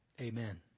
Amen